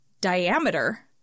diameter